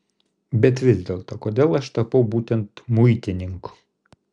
bet vis dėlto kodėl aš tapau būtent muitininku